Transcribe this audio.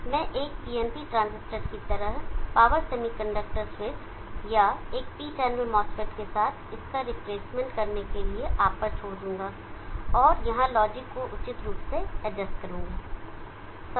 मैं एक PNP transistor की तरह पावर सेमीकंडक्टर स्विच या एक P चैनल MOSFET के साथ इसका रिप्लेसमेंट करने के लिए आप पर छोड़ दूंगाऔर यहां लॉजिक को उचित रूप से एडजस्ट करूंगा